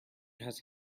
has